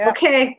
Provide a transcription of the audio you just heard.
Okay